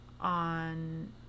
on